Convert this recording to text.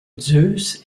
zeus